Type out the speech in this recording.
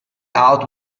out